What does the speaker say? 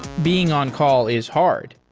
being on-call is hard,